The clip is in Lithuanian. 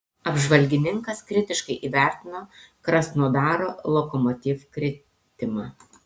apžvalgininkas kritiškai įvertino krasnodaro lokomotiv kritimą